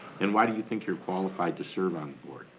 and why do you think you're qualified to serve on the board?